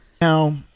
Now